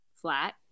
flat